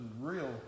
real